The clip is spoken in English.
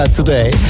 today